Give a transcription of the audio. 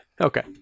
Okay